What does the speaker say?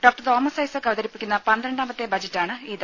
doctor Thomas Isaac അവതരിപ്പിക്കുന്ന പന്ത്രണ്ടാമത്തെ ബജറ്റാണിത്